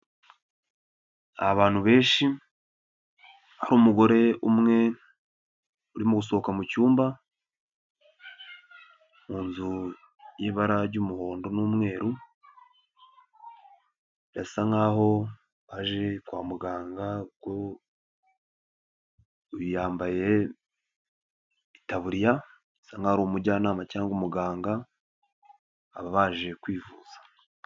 Abantu benshi, hari umugore umwe urimo gusohoka mu cyumba mu inzu y'ibara ry'umuhondo n'umweru, birasa nkaho aje kwa muganga yambaye itaburiya asa nkaho ari umujyanama cyangwa umuganga baba baje kwivuza.